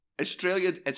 Australia